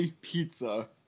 pizza